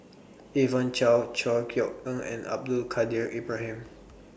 Evon Kow Chor Yeok Eng and Abdul Kadir Ibrahim